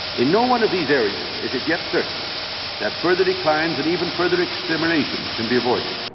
in no one of these areas is it yet certain that further declines and even further exterminations can be avoided.